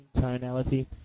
tonality